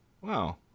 wow